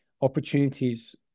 opportunities